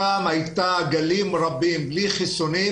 שם היו גלים רבים בלי חיסונים,